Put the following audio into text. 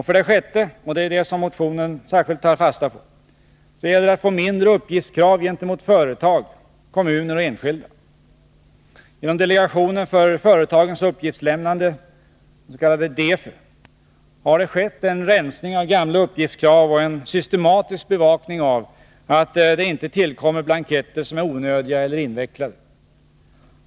För det sjätte gäller det — och det är det motionen tar fasta på — att minska kraven på uppgifter från företag, kommuner och enskilda. Genom delegationen för företagens uppgiftslämnande har det skett en rensning av gamla uppgiftskrav och en systematisk bevakning av att det inte tillkommer blanketter som är onödiga eller invecklade.